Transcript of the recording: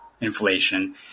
inflation